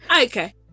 Okay